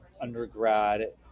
undergrad